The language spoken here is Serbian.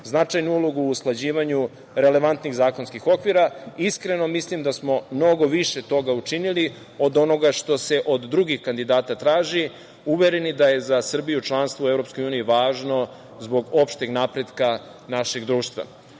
značajnu ulogu u usklađivanju relevantnih zakonskih okvira. Iskreno mislim da smo mnogo više toga učinili od onoga što se od drugih kandidata traži, uvereni da je za Srbiju članstvo u EU važno zbog opšteg napretka našeg društva. Pitanje